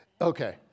okay